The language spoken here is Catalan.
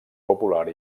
popular